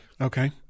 Okay